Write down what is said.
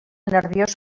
nerviós